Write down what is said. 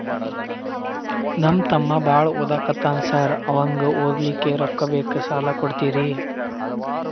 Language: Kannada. ನಮ್ಮ ತಮ್ಮ ಬಾಳ ಓದಾಕತ್ತನ ಸಾರ್ ಅವಂಗ ಓದ್ಲಿಕ್ಕೆ ರೊಕ್ಕ ಬೇಕು ಸಾಲ ಕೊಡ್ತೇರಿ?